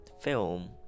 film